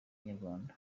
inyarwanda